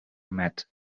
met